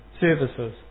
services